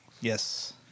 Yes